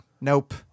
nope